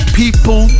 people